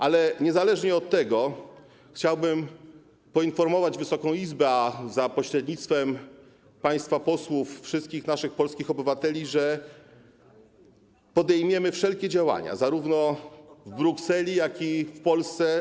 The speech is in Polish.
Ale niezależnie od tego chciałbym poinformować Wysoką Izbę, a za pośrednictwem państwa posłów wszystkich naszych polskich obywateli, że podejmiemy wszelkie działania zarówno w Brukseli, jak i w Polsce.